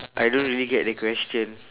I don't really get the question